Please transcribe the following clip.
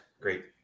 Great